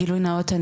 גילוי נאות,